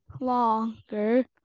longer